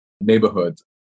neighborhoods